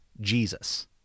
Jesus